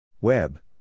Web